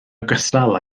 ogystal